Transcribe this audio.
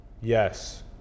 Yes